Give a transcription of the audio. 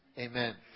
Amen